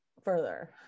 further